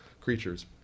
creatures